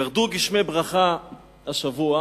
ירדו גשמי ברכה השבוע